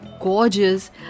gorgeous